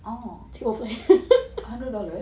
oh hundred dollars